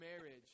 marriage